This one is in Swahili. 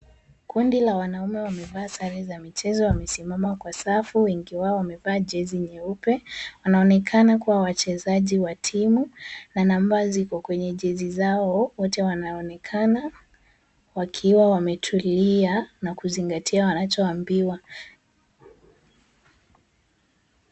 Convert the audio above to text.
Kundi la wanaume wamevaa sare za michezo wamesimama kwa safu wengi wao wamevaa jezi nyeupe, wanaonekana kuwa wachezaji wa timu na namba ziko kwenye jezi zao. Wote wanaonekana wakiwa wametulia na kuzingatia wanachoambiwa.